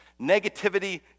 Negativity